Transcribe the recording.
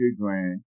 grand